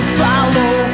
follow